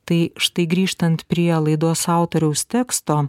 tai štai grįžtant prie laidos autoriaus teksto